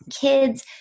kids